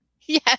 Yes